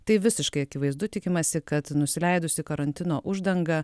tai visiškai akivaizdu tikimasi kad nusileidusi karantino uždanga